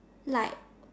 like